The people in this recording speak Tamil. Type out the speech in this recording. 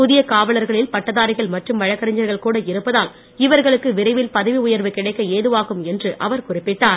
புதிய காவலர்களில் பட்டதாரிகள் மற்றும் வழக்கறிஞர்கள் கூட இருப்பதால் இவர்களுக்கு விரைவில் பதவி உயர்வு கிடைக்க ஏதுவாகும் என்று அவர் குறிப்பிட்டார்